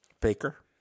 Baker